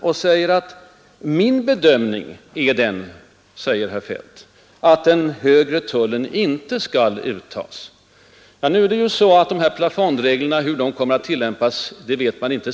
Han säger: ”Min bedömning är att den högre tullen inte skall uttas.” Nu vet man inte säkert hur plafondreglerna kommer att tillämpas.